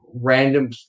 Random